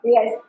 Yes